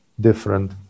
different